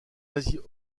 asie